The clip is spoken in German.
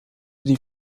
die